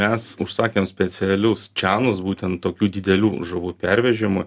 mes užsakėm specialius čianus būtent tokių didelių žuvų pervežimui